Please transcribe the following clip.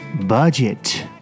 Budget